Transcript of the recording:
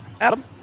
Adam